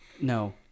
No